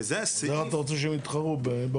וזה הסעיף --- אז איך אתה רוצה שהם יתחרו בבנקים?